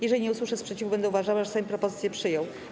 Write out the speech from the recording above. Jeżeli nie usłyszę sprzeciwu, będę uważała, że Sejm propozycję przyjął.